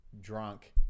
drunk